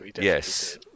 Yes